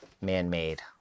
man-made